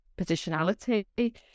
positionality